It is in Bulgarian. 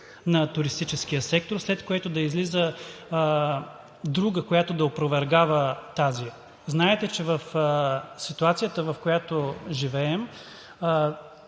на туристическия сектор, след което да излиза друга, която да опровергава тази. Знаете, че в ситуацията, в която живеем,